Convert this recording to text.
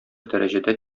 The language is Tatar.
дәрәҗәдә